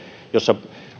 jossa